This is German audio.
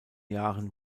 jahren